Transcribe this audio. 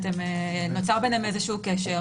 נוצר ביניהם קשר,